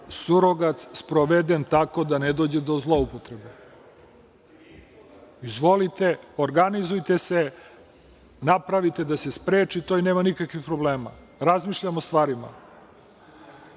surogat sprovedem tako da ne dođe do zloupotrebe. Izvolite, organizujte se, napravite da se spreči to i nema nikakvih problema. Razmišljam o stvarima